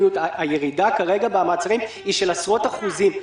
הירידה כרגע במעצרים היא של עשרות אחוזים.